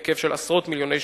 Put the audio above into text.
בהיקף של עשרות מיליוני שקלים,